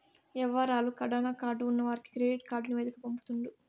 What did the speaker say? యవహారాలు కడాన కార్డు ఉన్నవానికి కెడిట్ కార్డు నివేదిక పంపుతుండు